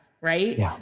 right